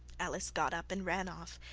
alice got up and ran off,